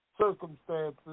circumstances